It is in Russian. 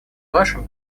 вашим